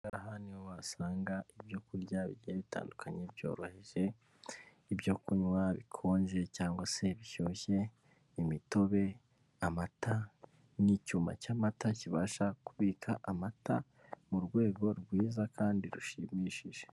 Aha ni ho wasanga ibyo kurya bijya bitandukanye byoroheje ibyo kunywa bikonje, cyangwa se biryoshye imitobe amata n'icyuma cy'amata, kibasha kubika amata mu rwego rwiza kandi rushimishije.